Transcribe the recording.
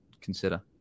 consider